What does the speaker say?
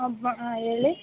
ಅಬ್ಬ್ ಹಾಂ ಹೇಳಿ